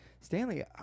Stanley